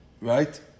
right